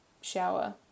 shower